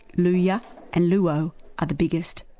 luhya and luo are the biggest,